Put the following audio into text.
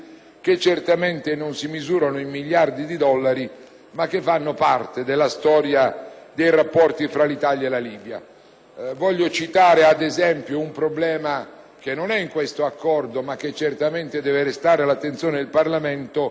che non si misurano in miliardi di dollari, ma che fanno parte della storia dei rapporti tra l'Italia e la Libia. Voglio citare, ad esempio, un problema che non è in questo Trattato, ma che deve restare all'attenzione del Parlamento: